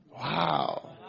Wow